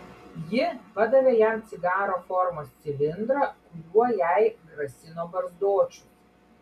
ji padavė jam cigaro formos cilindrą kuriuo jai grasino barzdočius